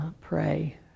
pray